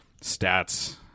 stats